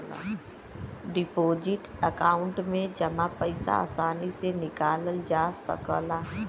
deposit account में जमा पइसा आसानी से निकालल जा सकला